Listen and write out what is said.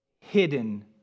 hidden